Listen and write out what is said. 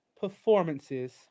performances